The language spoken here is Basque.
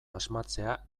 asmatzea